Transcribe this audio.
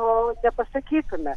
to nepasakytume